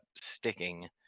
sticking